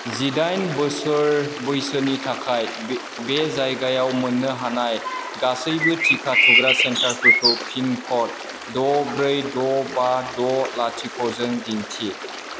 जिदाइन बोसोर बैसोनि थाखाय बे जायगायाव मोन्नो हानाय गासैबो टिका थुग्रा सेन्टारफोरखौ पिनक'ड द' ब्रै द' बा द' लाथिख'जों दिन्थि